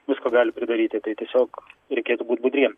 visko gali pridaryti tai tiesiog reikėtų būt budriem